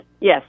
yes